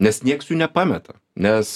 nes nieks jų nepameta nes